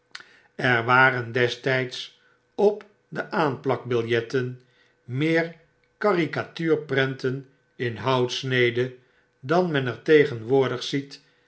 er waren destijds opdeaanplakbiljetten meer caricatuurprenten in houtsnede dan men er tegenwoordig ziet